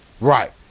Right